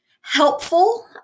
helpful